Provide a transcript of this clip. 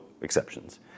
exceptions